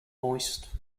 moist